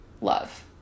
love